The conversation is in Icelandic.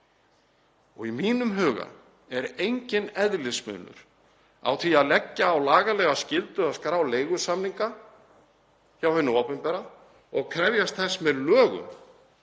Í mínum huga er enginn eðlismunur á því að leggja lagalega skyldu á það að skrá leigusamninga hjá hinu opinbera og krefjast þess með lögum